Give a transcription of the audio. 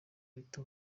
ahita